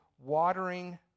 Watering